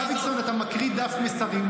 אתה רוצה לבטל את עיתון הארץ.